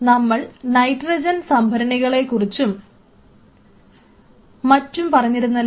നമ്മൾ നൈട്രജൻ സംഭരണികളിൽക്കുറിച്ചും മറ്റും പറഞ്ഞിരുന്നല്ലോ